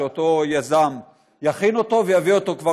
אותו יוזם יכין אותו ויביא אותו כבר,